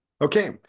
Okay